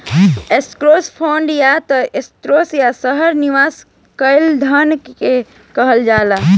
stock fund या त stock या शहर में निवेश कईल धन के कहल जाला